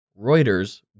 Reuters